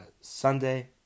Sunday